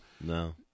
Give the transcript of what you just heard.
No